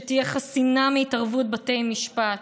שתהיה חסינה מהתערבות בתי משפט,